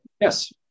Yes